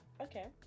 Okay